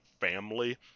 family